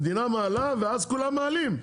המדינה מעלה, ואז כולם מעלים.